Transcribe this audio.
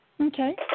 Okay